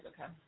okay